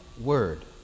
word